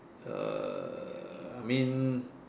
err I mean